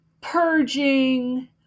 purging